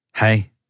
Hey